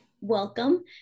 welcome